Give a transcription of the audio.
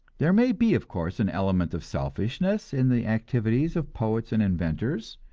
there may be, of course, an element of selfishness in the activities of poets and inventors.